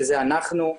שזה אנחנו,